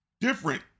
Different